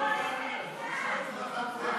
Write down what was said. לישראל (תיקון מס' 7) (רב ראשי אחד לישראל),